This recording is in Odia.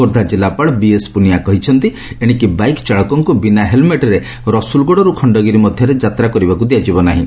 ଖୋର୍ବ୍ଧା କିଲ୍ଲାପାଳ ବିଏସ ପୁନିଆ କହିଛନ୍ତି ଏଣିକି ବାଇକ ଚାଳକଙ୍କୁ ବିନା ହେଲମେଟ୍ରେ ରସ୍ଲଗଡରୁ ଖଣଗିରି ମଧରେ ଯାତ୍ରା କରିବାକୁ ଦିଆଯିବ ନାହିଁ